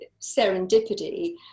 serendipity